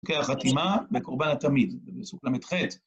כן, החתימה וקורבן התמיד, פסוק ל"ח.